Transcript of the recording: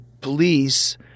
police